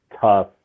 tough